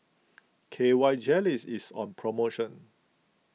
K Y Jelly's is on promotion